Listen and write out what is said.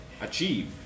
achieve